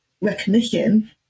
recognition